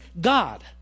God